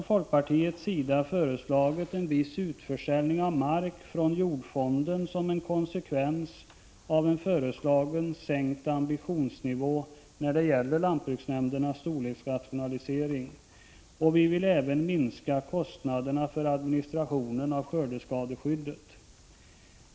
Folkpartiet har även som en konsekvens av en föreslagen sänkning av ambitionsnivån när det gäller lantbruksnämndernas storleksrationalisering föreslagit en viss utförsäljning av mark från jordfonden. Vi vill även minska kostnaderna för administrationen av skördeskadeskyddet.